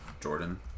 Jordan